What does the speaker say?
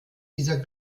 dieser